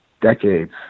decades